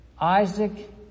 Isaac